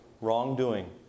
wrongdoing